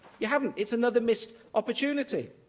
you haven't. it's another missed opportunity.